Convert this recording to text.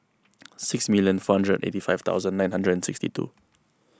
six million four hundred and eighty five thousand nine hundred and sixty two